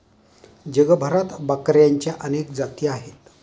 जगभरात बकऱ्यांच्या अनेक जाती आहेत